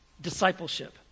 Discipleship